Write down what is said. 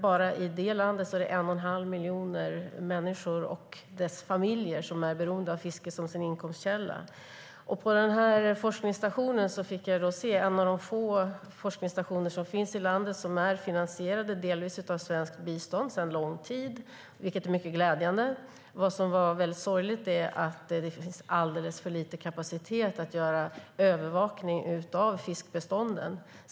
Bara i det landet är det 1 1⁄2 miljon människor och deras familjer som är beroende av fiske som sin inkomstkälla. Den forskningsstation som jag besökte är en av få forskningsstationer som finns i landet och som sedan lång tid är finansierad delvis av svenskt bistånd, vilket är mycket glädjande. Det som är mycket sorgligt är att det finns alldeles för lite kapacitet att övervaka fiskbestånden.